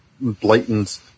blatant